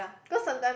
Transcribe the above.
cause sometime